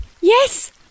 Yes